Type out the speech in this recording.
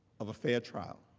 of a fair trial.